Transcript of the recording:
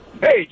Hey